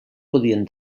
podien